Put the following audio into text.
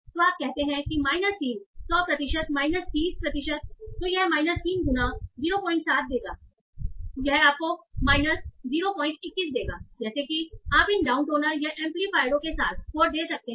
तो आप कहते हैं कि माइनस 3 100 प्रतिशत माइनस 30 प्रतिशत तो यह माइनस 3 गुना 07 देगा यह आपको माइनस 021 देगा जैसे कि आप इन डाउनटोनर या एम्पलीफायरों के साथ स्कोर दे सकते हैं